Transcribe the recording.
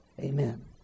Amen